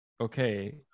okay